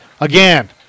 again